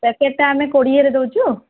ପ୍ୟାକେଟ୍ଟା ଆମେ କୋଡ଼ିଏରେ ଦେଉଛୁ